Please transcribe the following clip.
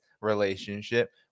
relationship